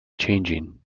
changing